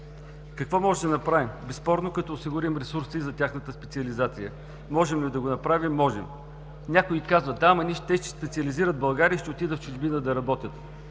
Какво можем да направим? Безспорно като осигурим ресурси за тяхната специализация. Можем ли да го направим? Можем. Някои казват: да, ама те ще специализират в България и ще отидат в чужбина да работят.